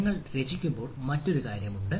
നയങ്ങൾ രചിക്കുമ്പോൾ മറ്റൊരു കാര്യമുണ്ട്